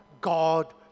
God